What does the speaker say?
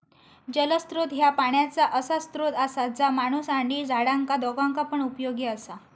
जलस्त्रोत ह्या पाण्याचा असा स्त्रोत असा जा माणूस आणि झाडांका दोघांका पण उपयोगी असा